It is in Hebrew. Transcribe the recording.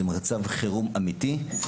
זה מצב חירום אמתי.